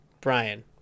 Brian